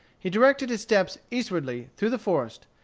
he directed his steps eastwardly through the forest,